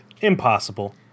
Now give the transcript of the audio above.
Impossible